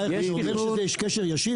אתה אומר שיש קשר ישיר?